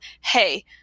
hey